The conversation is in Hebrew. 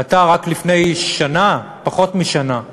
אתה רק לפני שנה, פחות משנה,